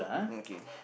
uh okay